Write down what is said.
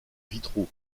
vitraux